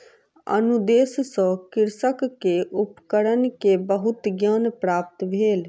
अनुदेश सॅ कृषक के उपकरण के बहुत ज्ञान प्राप्त भेल